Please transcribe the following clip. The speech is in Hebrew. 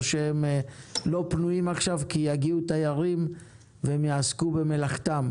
שהם לא פנויים כי הגיעו תיירים והם יעסקו במלאכתם.